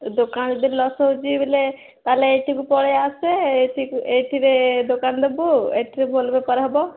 ଦୋକାନ ଯଦି ଲସ୍ ହେଉଛି ବୋଇଲେ ତାହେଲେ ଏଇଠିକୁ ପଳେଇ ଆସେ ଏଠି ଏଇଠିରେ ଦୋକାନ ଦେବୁ ଏଇଠିରେ ଭଲ ବେପାର ହବ